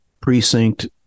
precinct